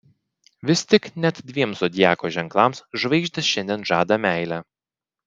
vis tik net dviem zodiako ženklams žvaigždės šiandien žadą meilę